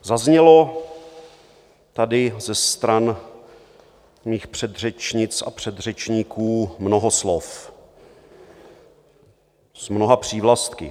Zaznělo tady ze stran mých předřečnic a předřečníků mnoho slov s mnoha přívlastky.